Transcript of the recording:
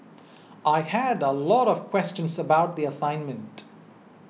I had a lot of questions about the assignment